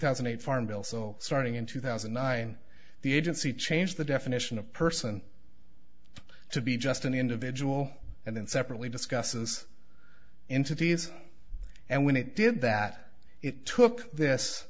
thousand and eight farm bill so starting in two thousand and nine the agency changed the definition of person to be just an individual and then separately discusses into these and when it did that it took this